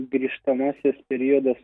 grįžtamasis periodas